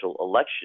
election